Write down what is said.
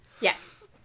Yes